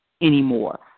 anymore